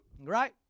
right